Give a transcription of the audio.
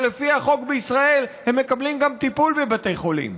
ולפי החוק בישראל הם מקבלים טיפול בבתי חולים.